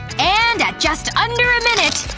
and at just under a minute,